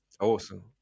Awesome